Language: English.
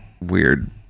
weird